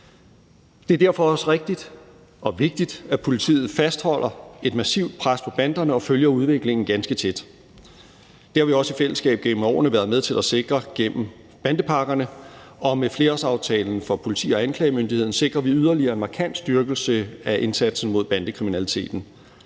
Det er derfor også rigtigt og vigtigt, at politiet fastholder et massivt pres på banderne og følger udviklingen ganske tæt. Det har vi også i fællesskab igennem årene været med til at sikre gennem bandepakkerne, og med flerårsaftalen for politi- og anklagemyndigheden sikrer vi yderligere en markant styrkelse af indsatsen mod bandekriminaliteten.